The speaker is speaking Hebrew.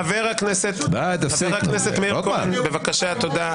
חבר הכנסת מאיר כהן, בבקשה, תודה.